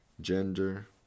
gender